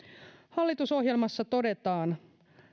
hallitusohjelmassa todetaan